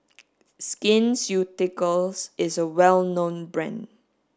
Skin Ceuticals is a well known brand